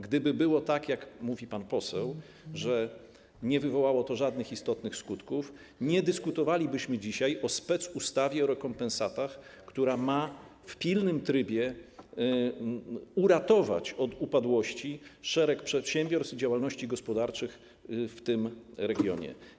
Gdyby było tak, jak mówi pan poseł, że nie wywołało to żadnych istotnych skutków, nie dyskutowalibyśmy dzisiaj o specustawie o rekompensatach, która ma w pilnym trybie uratować od upadłości szereg przedsiębiorstw i działalności gospodarczych w tym regionie.